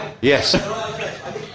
Yes